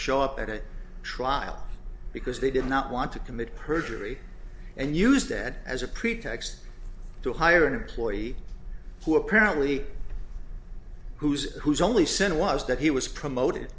show up at a trial because they did not want to commit perjury and use that as a pretext to hire an employee who apparently whose whose only sin was that he was promoted